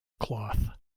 cloth